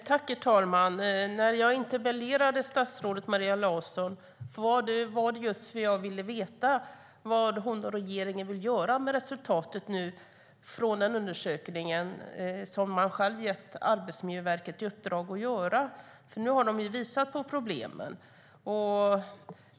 Herr talman! Jag interpellerade statsrådet Maria Larsson just för att jag ville veta vad hon och regeringen vill göra med resultatet från den undersökning som man själv har gett Arbetsmiljöverket i uppdrag att göra. Nu har de visat på problemen.